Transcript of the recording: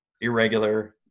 irregular